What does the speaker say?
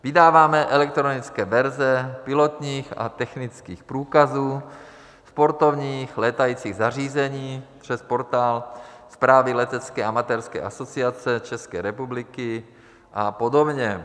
Vydáváme elektronické verze pilotních a technických průkazů, sportovních létajících zařízení přes portál zprávy Letecké amatérské asociace České republiky a podobně.